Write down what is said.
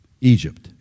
Egypt